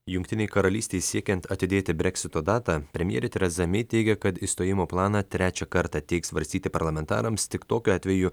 jungtinei karalystei siekiant atidėti breksito datą premjerė tereza mei teigia kad išstojimo planą trečią kartą teiks svarstyti parlamentarams tik tokiu atveju